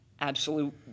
absolute